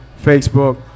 Facebook